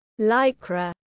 lycra